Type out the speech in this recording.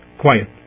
quiet